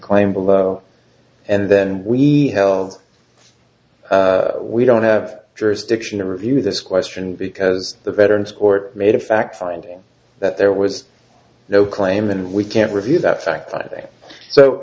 claim below and then we held we don't have jurisdiction to review this question because the veterans court made a fact finding that there was no claim and we can't review that fact i think so